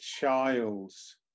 child's